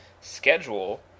schedule